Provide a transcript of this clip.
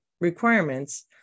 requirements